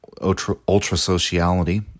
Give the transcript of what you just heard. ultra-sociality